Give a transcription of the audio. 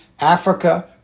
Africa